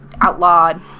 outlawed